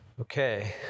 Okay